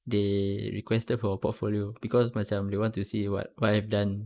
they requested for a portfolio because macam they want to see what what I have done